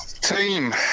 Team